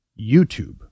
youtube